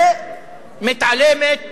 ומתעלמת